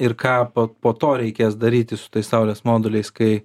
ir ką po po to reikės daryti su tais saulės moduliais kai